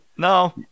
No